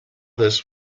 this